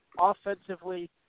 Offensively